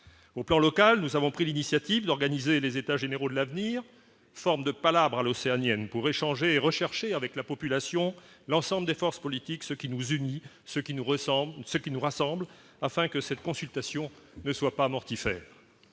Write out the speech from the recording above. au plan local, nous avons pris l'initiative d'organiser les états généraux de l'avenir, forme de palabres, l'océanienne pour échanger et rechercher avec la population, l'ensemble des forces politiques, ce qui nous unis, ce qui nous ressemblent, ce qui nous rassemble, afin que cette consultation ne soit pas mortifère